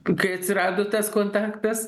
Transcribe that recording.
kai atsirado tas kontaktas